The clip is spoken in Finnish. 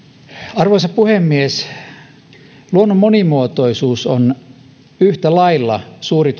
arvoisa puhemies luonnon monimuotoisuus on yhtä lailla suuri